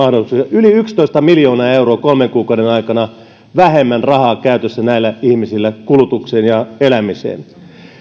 yli yksitoista miljoonaa euroa kolmen kuukauden aikana vähemmän rahaa käytössä kulutukseen ja elämiseen